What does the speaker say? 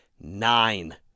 Nine